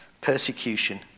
persecution